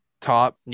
top